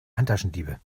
handtaschendiebe